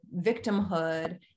victimhood